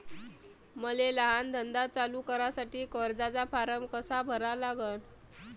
मले लहान धंदा चालू करासाठी कर्जाचा फारम कसा भरा लागन?